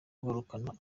kugarukana